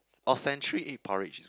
or century egg porridge